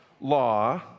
law